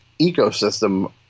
ecosystem